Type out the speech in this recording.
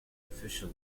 official